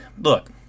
look